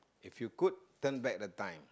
if you could turn back the time